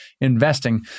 investing